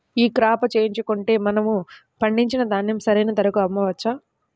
ఈ క్రాప చేయించుకుంటే మనము పండించిన ధాన్యం సరైన ధరకు అమ్మవచ్చా?